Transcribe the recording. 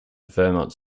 vermont